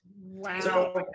wow